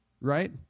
right